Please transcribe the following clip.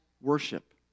worship